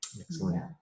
Excellent